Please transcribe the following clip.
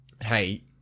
hey